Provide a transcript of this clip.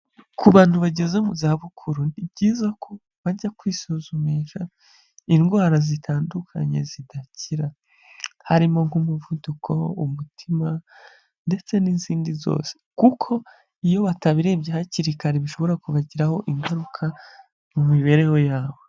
Ku bantu bageze mu za bukuru ni byiza ko bajya kwisuzumisha indwara zitandukanye zidakira harimo nk'umuvuduko, umutima ndetse n'izindi zose, kuko iyo batabirebye hakiri kare bishobora kubagiraho ingaruka mu mibereho yabo.